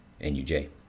NUJ